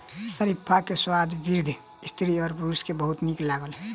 शरीफा के स्वाद वृद्ध स्त्री आ पुरुष के बहुत नीक लागल